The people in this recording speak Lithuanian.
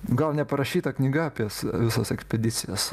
gal neparašyta knyga apie visas ekspedicijas